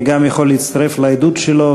גם אני יכול להצטרף לעדות שלו,